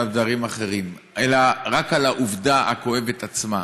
דברים אחרים אלא רק על העובדה הכואבת עצמה: